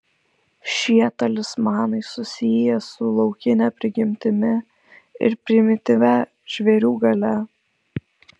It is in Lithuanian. šie talismanai susiję su laukine prigimtimi ir primityvia žvėrių galia